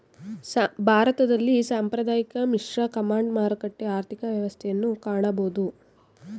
ಭಾರತದಲ್ಲಿ ಸಾಂಪ್ರದಾಯಿಕ, ಮಿಶ್ರ, ಕಮಾಂಡ್, ಮಾರುಕಟ್ಟೆ ಆರ್ಥಿಕ ವ್ಯವಸ್ಥೆಯನ್ನು ಕಾಣಬೋದು